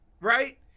Right